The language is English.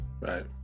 Right